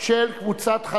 קבוצת קדימה,